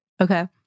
Okay